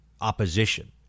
opposition